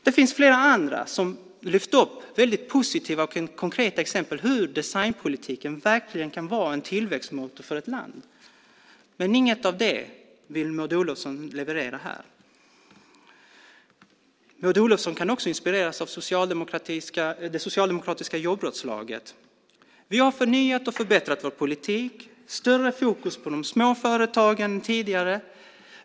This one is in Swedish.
Det finns flera andra som har lyft upp positiva och konkreta exempel på hur designpolitiken kan vara en tillväxtmotor för ett land. Men inget av det vill Maud Olofsson leverera här. Maud Olofsson kan också inspireras av det socialdemokratiska jobbrådslaget. Vi har förnyat och förbättrat vår politik. Vi har större fokus på de små företagen än tidigare.